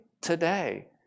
today